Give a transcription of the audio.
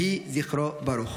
יהי זכרו ברוך.